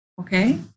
okay